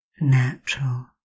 natural